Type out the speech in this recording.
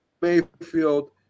Mayfield